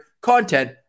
Content